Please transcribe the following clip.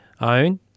own